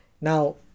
Now